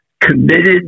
committed